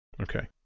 Okay